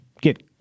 get